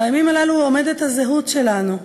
בימים הללו עומדת הזהות שלנו,